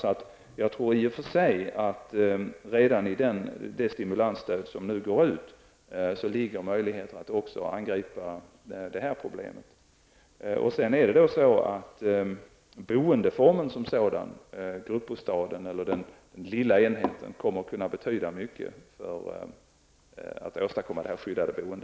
Jag tror att det i och för sig redan i och med det stimulansstöd som nu utgår finns möjlighet att angripa också detta problem. Boendeformen som sådan, gruppbostaden, eller den lilla enheten kommer att betyda mycket för att åstadkomma ett skyddat boende.